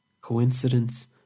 Coincidence